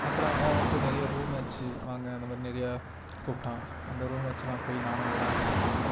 அப்புறம் அவன் வந்து நிறைய ரூம் மேட்ச்சு வாங்க இந்த மாதிரி நிறையா கூப்பிட்டான் அந்த ரூம் மேட்ச்லாம் போய் நானும் விளாடுவேன்